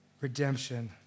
redemption